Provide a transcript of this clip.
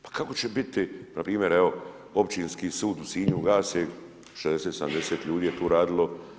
Pa kako će biti na primjer evo Općinski sud u Sinju gasi, 60, 70 ljudi je tu radilo.